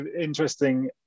interesting